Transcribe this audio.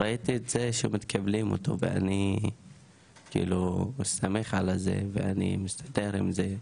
ראיתי את זה שמקבלים אותו ואני סומך על זה ואני מסתדר עם זה,